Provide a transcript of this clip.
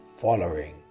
following